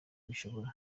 bishobora